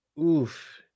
oof